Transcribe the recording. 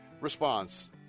response